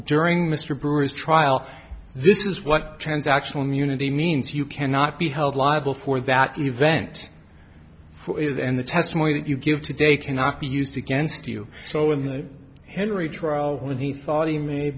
during mr bruce trial this is what transactional immunity means you cannot be held liable for that event and the testimony that you give today cannot be used against you so in the henry trial when he thought he may